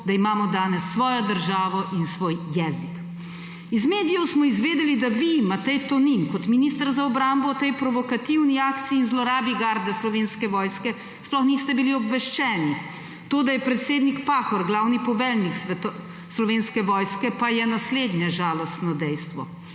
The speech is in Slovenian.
da imamo danes svojo državo in svoj jezik. Iz medijev smo izvedeli da vi, Matej Tonin, kot minister za obrambo o tej provokativni akciji in zlorabi garde Slovenske vojske sploh niste bili obveščeni. To, da je predsednik Pahor glavni poveljnik Slovenske vojske, pa je naslednje žalostno dejstvo.